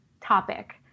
topic